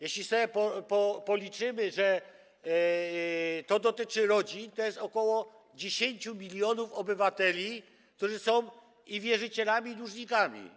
Jeśli sobie policzymy, że to dotyczy rodzin, to jest ok. 10 mln obywateli, którzy są i wierzycielami, i dłużnikami.